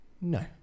No